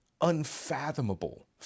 unfathomable